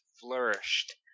flourished